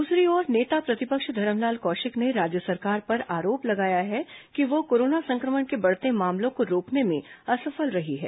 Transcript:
दूसरी ओर नेता प्रतिपक्ष धरमलाल कौशिक ने राज्य सरकार पर आरोप लगाया है कि वह कोरोना संक्रमण के बढ़ते मामलों को रोकने में असफल रही है